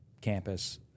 campus